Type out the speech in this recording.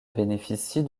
bénéficie